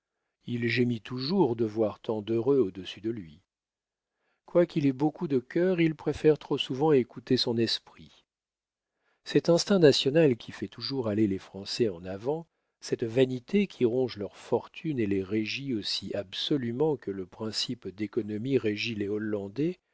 il gémit toujours de voir tant d'heureux au-dessus de lui quoiqu'il ait beaucoup de cœur il préfère trop souvent écouter son esprit cet instinct national qui fait toujours aller les français en avant cette vanité qui ronge leurs fortunes et les régit aussi absolument que le principe d'économie régit les hollandais